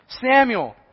Samuel